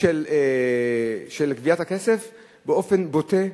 של גביית הכסף באופן בוטה,